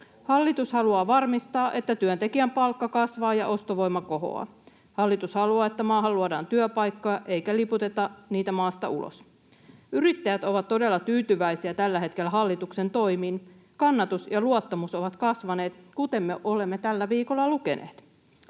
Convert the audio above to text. Hallitus haluaa varmistaa, että työntekijän palkka kasvaa ja ostovoima kohoaa. Hallitus haluaa, että maahan luodaan työpaikkoja eikä liputeta niitä maasta ulos. Yrittäjät ovat todella tyytyväisiä tällä hetkellä hallituksen toimiin. Kannatus ja luottamus ovat kasvaneet, kuten me olemme tällä viikolla lukeneet.